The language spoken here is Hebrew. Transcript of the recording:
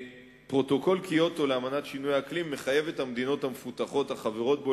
פרוטוקול קיוטו לאמנת שינוי האקלים מחייב את המדינות המפותחות החברות בו